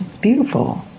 Beautiful